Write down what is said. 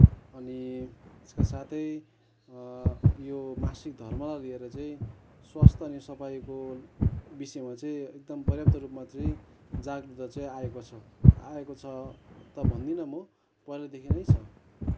अनि त्यसका साथै यो मासिक धर्मलाई लिएर चाहिँ स्वास्थ्य अनि सफाईको विषयमा चाहिँ एकदम पर्याप्तरूपमा चाहिँ जागरूकता चाहिँ आएको छ आएको छ त भन्दिनँ म पहिलादेखि नै छ